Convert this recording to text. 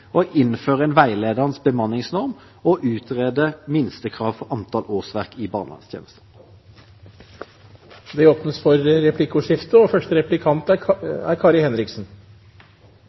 å innføre en veiledende bemanningsnorm og utrede minstekrav for antall årsverk i barnevernstjenesten. Det åpnes for replikkordskifte. Jeg synes det er beklagelig at statsråden er så bakoverlent og